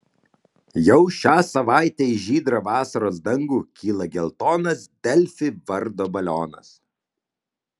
jau šią savaitę į žydrą vasaros dangų kyla geltonas delfi vardo balionas